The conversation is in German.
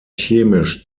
chemisch